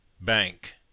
bank